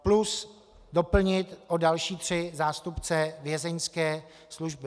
Plus doplnit o další tři zástupce Vězeňské služby.